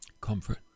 comfort